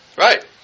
Right